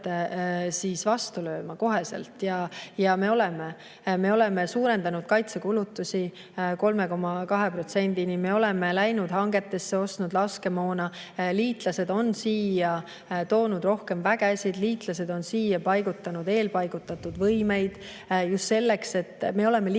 kohe vastu lööma. Ja me oleme. Me oleme suurendanud kaitsekulutusi 3,2%‑ni, me oleme läinud hangetesse, ostnud laskemoona, liitlased on siia toonud rohkem vägesid, liitlased on siia paigutanud eelpaigutatud võimeid. Me oleme liikunud